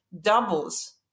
doubles